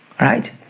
right